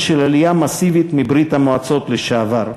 של עלייה מסיבית מברית-המועצות לשעבר,